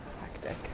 hectic